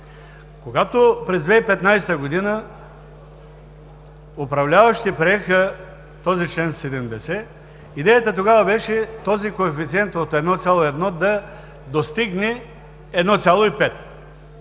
Когато през 2015 г. управляващите приеха този чл. 70, идеята тогава беше този коефициент от 1,1 да достигне 1,5.